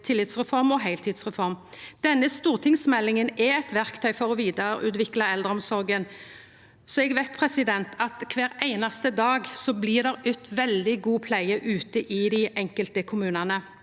tillitsreform og heiltidsreform. Denne stortingsmeldinga er eit verktøy for å vidareutvikla eldreomsorga. Så veit eg at det kvar einaste dag blir gjeve veldig god pleie ute i dei enkelte kommunane.